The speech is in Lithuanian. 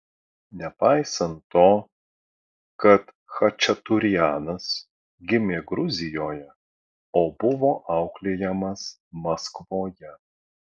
nepaisant to kad chačaturianas gimė gruzijoje o buvo auklėjamas maskvoje